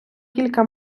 кілька